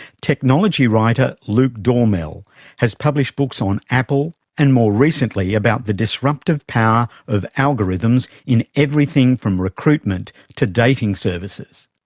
technology writer luke dormehl has published books on apple, and more recently about the disruptive power of algorithms in everything from recruitment to dating services.